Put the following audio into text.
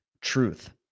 truth